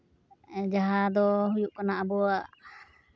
ᱡᱟᱦᱟᱸ ᱫᱚ ᱦᱩᱭᱩᱜ ᱠᱟᱱᱟ ᱟᱵᱚᱣᱟᱜ